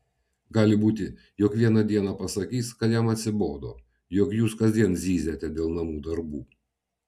gali būti jog vieną dieną pasakys kad jam atsibodo jog jūs kasdien zyziate dėl namų darbų